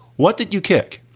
what did you kick?